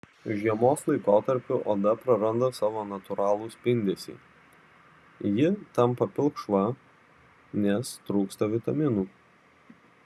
žiemos laikotarpiu oda praranda savo natūralų spindesį ji tampa pilkšva nes trūksta vitaminų